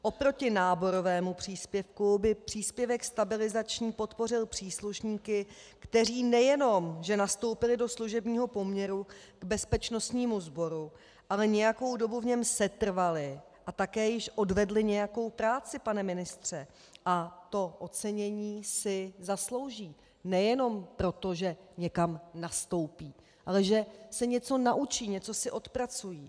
Oproti náborovému příspěvku by příspěvek stabilizační podpořil příslušníky, kteří nejenom že nastoupili do služebního poměru k bezpečnostnímu sboru, ale nějakou dobu v něm setrvali a také již odvedli nějakou práci, pane ministře, a to ocenění si zaslouží nejenom proto, že někam nastoupí, ale že se něco naučí, něco si odpracují.